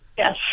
Yes